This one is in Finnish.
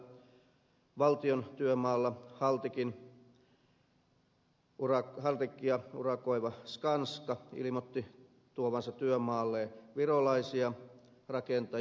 rovaniemellä valtion työmaalla haltikia urakoiva skanska ilmoitti tuovansa työmaalle virolaisia rakentajia